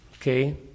Okay